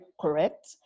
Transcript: correct